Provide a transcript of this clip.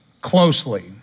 closely